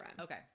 Okay